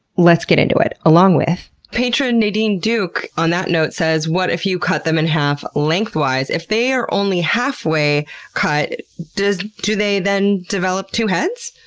let's get into it. along with patron nadine duke on that note says what if you cut them in half lengthwise? if they are only halfway cut, do they then develop two heads?